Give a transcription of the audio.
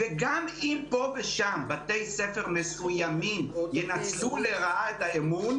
וגם אם פה ושם בתי ספר מסוימים ינצלו לרעה את האמון,